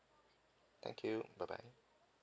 thank you bye bye